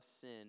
sin